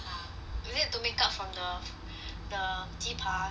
is it to make up from the the 鸡扒